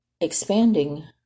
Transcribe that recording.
expanding